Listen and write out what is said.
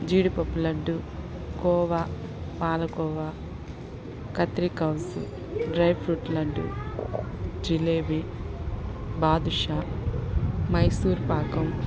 జీడిపప్పు లడ్డు కోవా పాలకోవా కత్రికౌస్ డ్రైఫ్రూట్ లడ్డు జిలేబి బాదుషా మైసూర్ పాకం